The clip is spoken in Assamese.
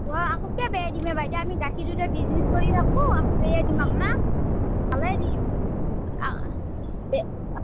আকৌ কিয়া বেয়া দিম এ বাইদেউ আমি গাখীৰৰে বিজনেচ কৰি থাকোঁ আকৌ বেয়া দিম আপনাক ভালেই দিম